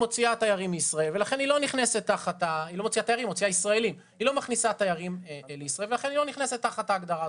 היא מוציאה ישראלים ולא מכניסה תיירים לישראל ולכן לא נכנסת תחת ההגדרה.